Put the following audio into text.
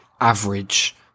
average